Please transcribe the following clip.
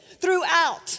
Throughout